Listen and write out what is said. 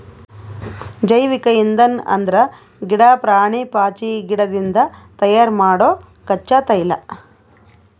ಜೈವಿಕ್ ಇಂಧನ್ ಅಂದ್ರ ಗಿಡಾ, ಪ್ರಾಣಿ, ಪಾಚಿಗಿಡದಿಂದ್ ತಯಾರ್ ಮಾಡೊ ಕಚ್ಚಾ ತೈಲ